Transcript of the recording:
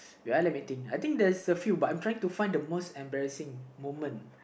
ya let me think I think there's a few but I'm trying to find the most embarrassing moment